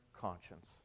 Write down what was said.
conscience